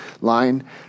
line